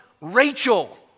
Rachel